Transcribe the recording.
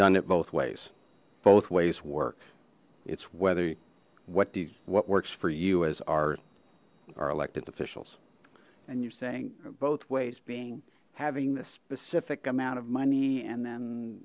done it both ways both ways work its whether what do what works for you as our our elected officials and you're saying both ways being having the specific amount of money and then